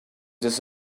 this